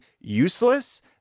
useless